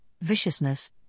viciousness